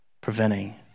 Preventing